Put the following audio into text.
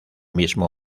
mismo